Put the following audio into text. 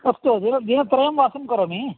अस्तु दिन दिनत्रयं वासं करोमि